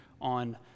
on